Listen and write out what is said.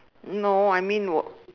no I mean were